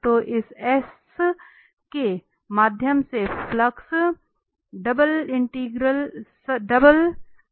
तो इस S के माध्यम से फ्लक्स है